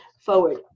Forward